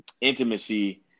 intimacy